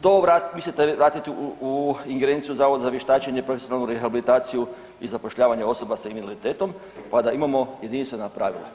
to mislite vratiti u ingerenciju Zavoda za vještačenje, profesionalnu rehabilitaciju i zapošljavanje osoba sa invaliditetom pa da imamo jedinstvena pravila.